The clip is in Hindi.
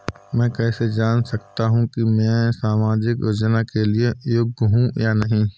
मैं कैसे जान सकता हूँ कि मैं सामाजिक योजना के लिए योग्य हूँ या नहीं?